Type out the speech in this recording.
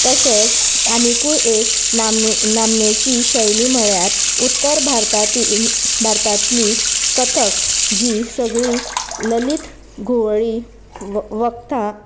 तशेंच आनिकूय एक नामने नामनेची शैली म्हळ्यार उत्तर भारती भारतातांतली कथक जी सगळीं ललीत घुंवळी वखदां